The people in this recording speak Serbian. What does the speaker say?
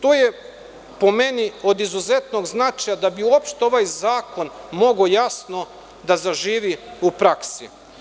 To je po meni od izuzetnog značaja da bi uopšte ovaj zakon mogao jasno da zaživi u praksi.